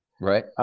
Right